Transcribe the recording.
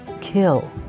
kill